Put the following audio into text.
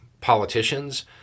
politicians